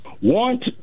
want